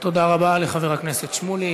תודה רבה לחבר הכנסת שמולי.